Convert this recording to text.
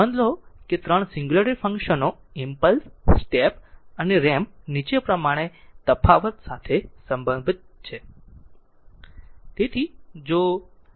નોંધ લો કે 3 સિંગ્યુલારીટી ફંક્શનો ઈમ્પલસ સ્ટેપ અને રેમ્પ નીચે પ્રમાણે તફાવત સાથે સંબંધિત છે